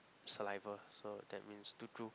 saliva so that means to drool